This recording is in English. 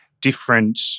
different